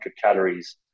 calories